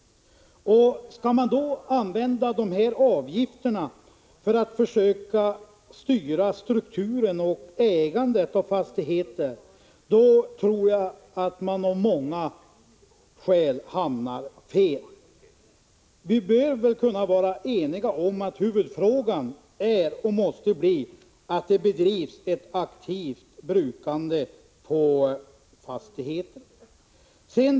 Skall man då använda avgifterna för att försöka styra strukturen och ägandet av fastigheter tror jag att man av många skäl hamnar fel. Vi bör kunna vara eniga om att huvudfrågan är och måste bli att det bedrivs ett aktivt bruk på fastigheten.